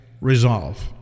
resolve